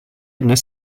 dnes